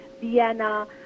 Vienna